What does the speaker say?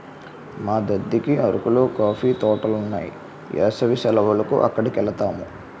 మా దద్దకి అరకులో కాఫీ తోటలున్నాయి ఏసవి సెలవులకి అక్కడికెలతాము